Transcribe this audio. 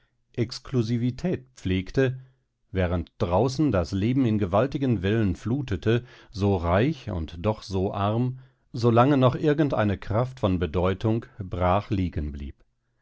exklusivität pflegte während draußen das leben in gewaltigen wellen flutete so reich und doch so arm solange noch irgendeine kraft von bedeutung brach liegen blieb